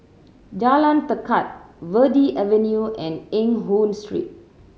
Jalan Tekad Verde Avenue and Eng Hoon Street